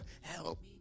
help